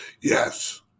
Yes